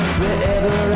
wherever